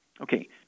Okay